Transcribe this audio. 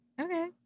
Okay